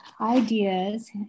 ideas